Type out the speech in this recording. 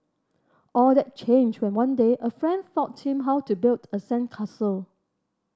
all that changed when one day a friend taught him how to build a sandcastle